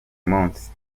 munsi